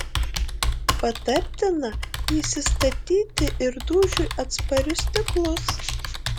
patartina įsistatyti ir dūžiui atsparius stiklus